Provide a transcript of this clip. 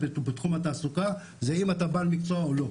בתחום התעסוקה, זה אם אתה בעל מקצוע או לא.